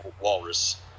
Walrus